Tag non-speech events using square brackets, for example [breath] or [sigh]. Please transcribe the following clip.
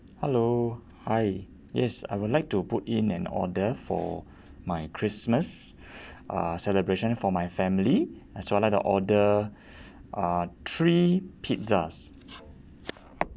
hello hi yes I would like to put in an order for my christmas [breath] uh celebration for my family so I would like to order [breath] uh three pizzas